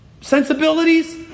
sensibilities